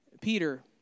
Peter